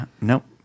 Nope